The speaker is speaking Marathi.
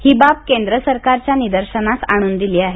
ही बाब केंद्र सरकारच्या निदर्शनास आणून दिली आहे